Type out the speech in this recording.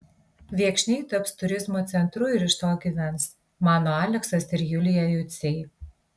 viekšniai taps turizmo centru ir iš to gyvens mano aleksas ir julija juciai